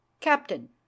captain